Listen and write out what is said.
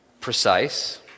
precise